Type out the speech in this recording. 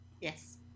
yes